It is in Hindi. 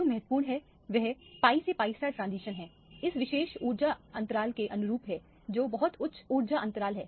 जो महत्वपूर्ण है वह pi से pi ट्रांजिशन है इस विशेष मामले में इस विशेष ऊर्जा अंतराल के अनुरूप है जो बहुत उच्च ऊर्जा अंतराल है